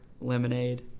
Lemonade